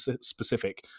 specific